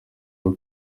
aho